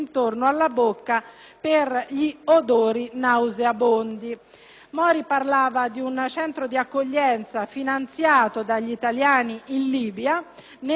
Mori parlava di un centro di accoglienza finanziato dagli italiani in Libia, nella località di Seba al confine con il deserto,